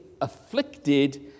afflicted